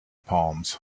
palms